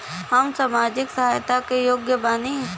हम सामाजिक सहायता के योग्य बानी?